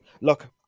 Look